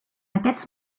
aquests